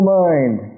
mind